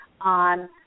on